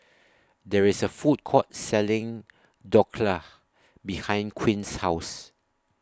There IS A Food Court Selling Dhokla behind Quint's House